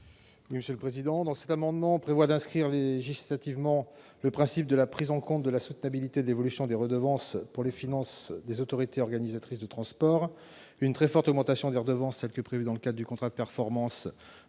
l'amendement n° 186 rectifié. Cet amendement tend à inscrire dans la loi le principe de la prise en compte de la soutenabilité de l'évolution des redevances pour les finances des autorités organisatrices de transport. Une très forte augmentation de redevances, telle que prévue dans le cadre du contrat de performance,